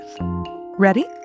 Ready